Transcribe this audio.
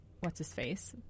What's-his-face